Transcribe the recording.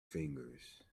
fingers